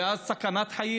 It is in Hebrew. אז זו סכנת חיים.